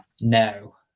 No